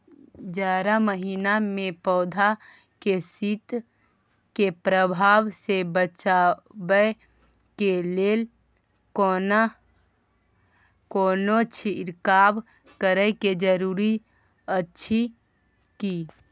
जारा महिना मे पौधा के शीत के प्रभाव सॅ बचाबय के लेल कोनो छिरकाव करय के जरूरी अछि की?